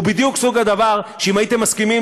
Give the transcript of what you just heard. הוא בדיוק סוג הדבר שאם הייתם מסכימים